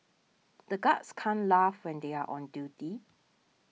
the guards can't laugh when they are on duty